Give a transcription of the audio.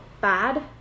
bad